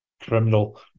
criminal